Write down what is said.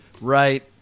right